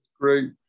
Great